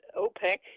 OPEC